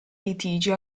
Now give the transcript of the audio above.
litigi